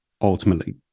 ultimately